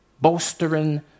bolstering